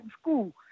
school